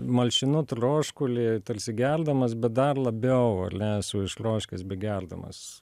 malšinu troškulį talsi geldamas bet dar labiau ane esu ištroškęs begeldamas